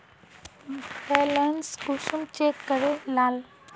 Balance कुंसम check करे लाल?